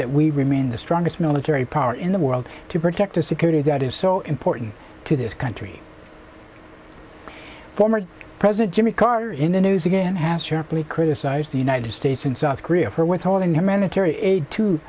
that we remain the strongest military power in the world to protect our security that is so important to this country former president jimmy carter in the news again has sharply criticized the united states and south korea for withholding monetary aid to